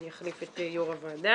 אני אחליף את יו"ר הוועדה.